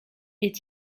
est